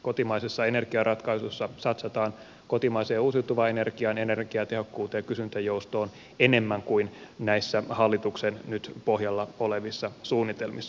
kotimaisissa energiaratkaisuissa satsataan kotimaiseen ja uusiutuvaan energiaan energiatehokkuuteen ja kysyntäjoustoon enemmän kuin näissä hallituksen nyt pohjalla olevissa suunnitelmissa